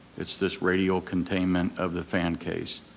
it's this radial containment of the fan case.